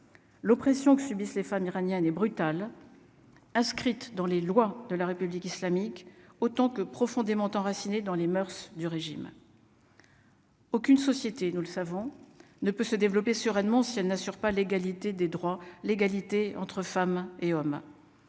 l'oppression que subissent les femmes iraniennes et brutal, inscrite dans les lois de la République islamique autant que profondément enracinée dans les moeurs du régime. Aucune société, nous le savons, ne peut se développer sereinement, si elle n'assure pas l'égalité des droits, l'égalité entre femmes et hommes,